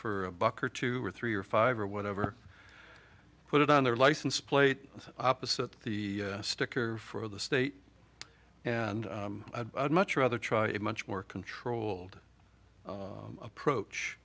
for a buck or two or three or five or whatever put it on their license plate opposite the sticker for the state and i'd much rather try a much more controlled approach